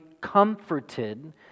comforted